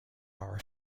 are